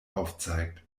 aufzeigt